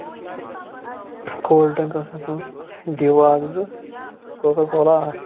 cold drink ٲسۍ مےٚ تھٲومٕژ ڈیو اکھ زٕ کوکا کولا اکھ